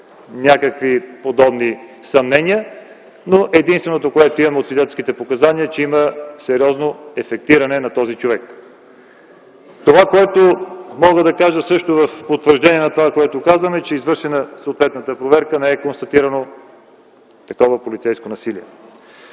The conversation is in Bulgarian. някакви подобни съмнения, но единственото, което имаме от свидетелските показания е, че има сериозно афектиране на този човек. Това, което мога да кажа в потвърждение на това, което казвам е, че при извършената съответна проверка не е констатирано такова полицейско насилие.